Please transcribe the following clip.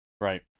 Right